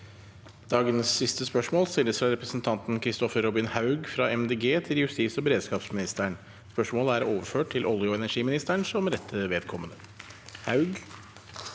Dette spørsmålet, fra repre- sentanten Kristoffer Robin Haug til justis- og beredskapsministeren, er overført til olje- og energiministeren som rette vedkommende.